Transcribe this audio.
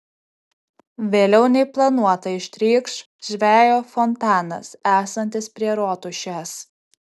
vėliau nei planuota ištrykš žvejo fontanas esantis prie rotušės